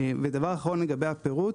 ודבר אחרון לגבי הפירוט.